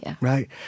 Right